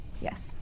Yes